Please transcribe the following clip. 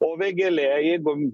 o vėgėlė jeigu